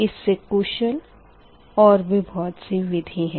इस से कुशल और भी बहुत सी विधि है